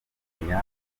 kumenya